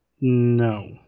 No